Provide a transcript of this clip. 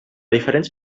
diferents